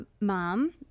mom